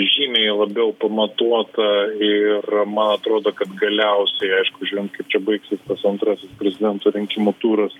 žymiai labiau pamatuota ir man atrodo kad galiausiai aišku žiūrint kaip čia baigsis tas antrasis prezidento rinkimų turas